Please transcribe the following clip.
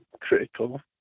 critical